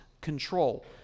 control